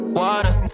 water